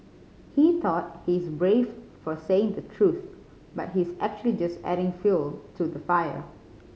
he thought he's brave for saying the truth but he's actually just adding fuel to the fire